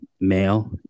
Male